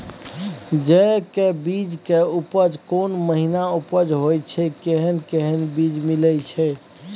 जेय के बीज के उपज कोन महीना उपज होय छै कैहन कैहन बीज मिलय छै?